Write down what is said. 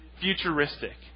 futuristic